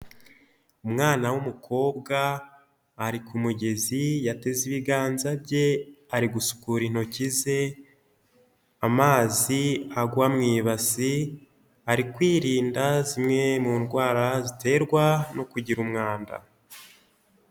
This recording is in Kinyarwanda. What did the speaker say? Umwana w'umukobwa ari ku mugezi, yateze ibiganza bye, ari gusukura intoki ze amazi agwa mu ibasi, ari kwirinda zimwe mu ndwara ziterwa no kugira umwanda.